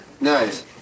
nice